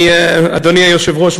אדוני היושב-ראש,